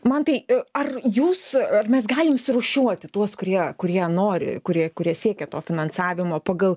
mantai ar jūs ar mes galim surūšiuoti tuos kurie kurie nori kurie kurie siekia to finansavimo pagal